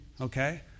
okay